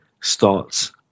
starts